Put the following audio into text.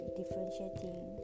differentiating